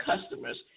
customers